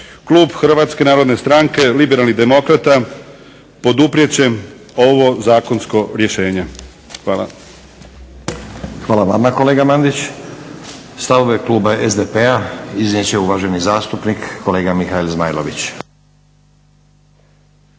Klub HNS-a, Liberalnih demokrata, poduprijet će ovo zakonsko rješenje. Hvala. **Stazić, Nenad (SDP)** Hvala vama kolega Mandić. Stavove kluba SDP-a iznijet će uvaženi zastupnik, kolega Mihael Zmajlović.